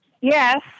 yes